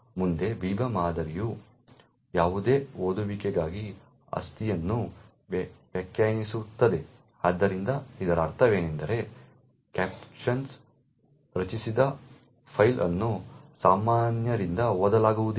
ಮುಂದೆ ಬಿಬಾ ಮಾದರಿಯು ಯಾವುದೇ ಓದುವಿಕೆಗಾಗಿ ಆಸ್ತಿಯನ್ನು ವ್ಯಾಖ್ಯಾನಿಸುತ್ತದೆ ಆದ್ದರಿಂದ ಇದರ ಅರ್ಥವೇನೆಂದರೆ ಕ್ಯಾಪ್ಟನ್ಗಳು ರಚಿಸಿದ ಫೈಲ್ ಅನ್ನು ಸಾಮಾನ್ಯರಿಂದ ಓದಲಾಗುವುದಿಲ್ಲ